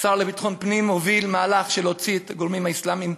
שהשר לביטחון פנים הוביל מהלך של להוציא את הגורמים האסלאמיים,